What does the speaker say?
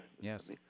Yes